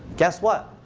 guess what?